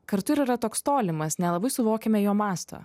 kartu ir yra toks tolimas nelabai suvokiame jo mąsto